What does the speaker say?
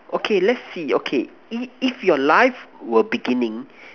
okay let's see okay if if your life were beginning